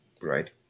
right